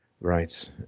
Right